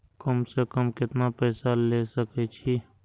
कम से कम केतना पैसा ले सके छी?